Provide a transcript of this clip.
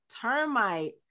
termite